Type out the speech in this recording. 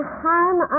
harm